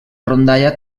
rondalla